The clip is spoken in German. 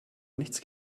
nichts